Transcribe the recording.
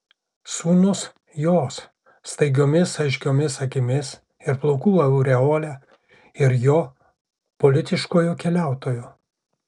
sūnus jos staigiomis aiškiomis akimis ir plaukų aureole ir jo politiškojo keliautojo